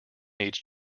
needs